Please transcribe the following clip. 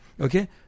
Okay